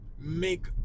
make